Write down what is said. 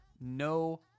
no –